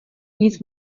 nic